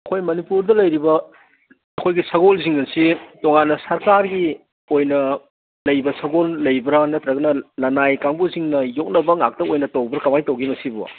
ꯑꯩꯈꯣꯏ ꯃꯅꯤꯄꯨꯔꯗ ꯂꯩꯔꯤꯕ ꯑꯩꯈꯣꯏꯒꯤ ꯁꯒꯣꯜꯁꯤꯡ ꯑꯁꯤ ꯇꯣꯉꯥꯟꯅ ꯁꯔꯀꯥꯔꯒꯤ ꯑꯣꯏꯅ ꯂꯩꯕ ꯁꯒꯣꯜ ꯂꯩꯕ꯭ꯔꯥ ꯅꯠꯇ꯭ꯔꯒꯅ ꯂꯅꯥꯏ ꯀꯥꯡꯒꯨꯁꯤꯡꯅ ꯌꯣꯛꯅꯕ ꯉꯥꯛꯇ ꯑꯣꯏꯅ ꯇꯧꯕ꯭ꯔꯣ ꯀꯃꯥꯏꯅ ꯇꯧꯒꯦ ꯃꯁꯤꯕꯣ